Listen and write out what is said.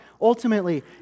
Ultimately